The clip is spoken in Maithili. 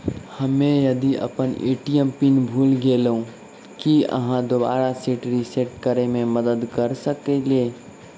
हम्मे यदि अप्पन ए.टी.एम पिन भूल गेलियै, की अहाँ दोबारा सेट रिसेट करैमे मदद करऽ सकलिये?